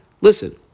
listen